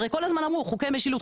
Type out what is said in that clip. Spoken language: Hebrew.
הרי כל הזמן אמרו חוקי משילות,